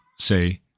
say